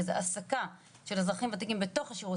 שזה העסקה של אזרחים וותיקים בתוך השירות